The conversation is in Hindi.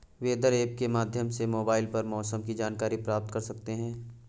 वेदर ऐप के माध्यम से मोबाइल पर मौसम की जानकारी प्राप्त कर सकते हैं